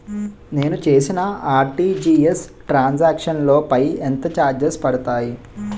నేను చేసిన RTGS transaction లో పై ఎంత చార్జెస్ పడతాయి?